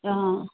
অঁ